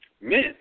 men